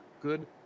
good